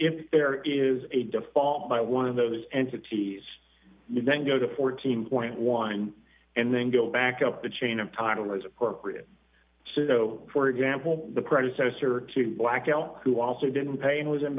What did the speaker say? if there is a default by one of those entities you then go to fourteen point one and then go back up the chain of title as appropriate so for example the predecessor to blackmail who also didn't pay and was in